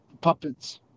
puppets